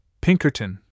Pinkerton